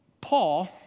Paul